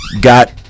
Got